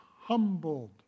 humbled